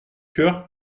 cœur